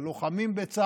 של הלוחמים בצה"ל